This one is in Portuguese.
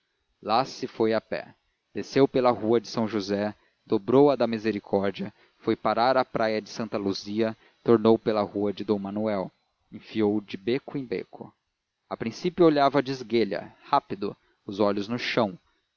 lá se foi a pé desceu pela rua de são josé dobrou a da misericórdia foi parar à praia de santa luzia tornou pela rua de d manuel enfiou de beco em beco a princípio olhava de esguelha rápido os olhos no chão